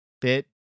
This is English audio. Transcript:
bit